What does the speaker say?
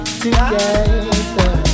together